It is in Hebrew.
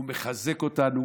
היא מחזקת אותנו,